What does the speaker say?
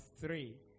three